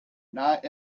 not